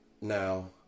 Now